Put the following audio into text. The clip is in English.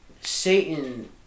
Satan